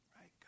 Right